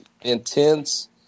intense